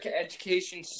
Education